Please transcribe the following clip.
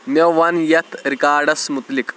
مےٚ ووٚن یتھ ریکارڈَس مُتلِق